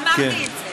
אמרתי את זה.